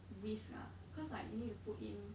risk lah cause like you need to put it